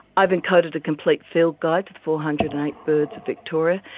i've encoded a complete field guide to the four hundred and eight birds of victoria.